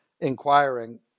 inquiring